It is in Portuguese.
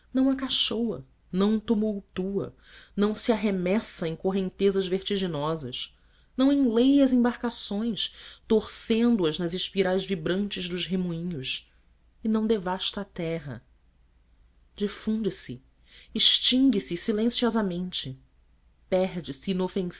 não acachoa não tumultua não se arremessa em correntezas vertiginosas não enleia as embarcações torcendo as nas espirais vibrantes dos remoinhos e não devasta a terra difunde se extingue se silenciosamente perde-se